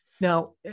Now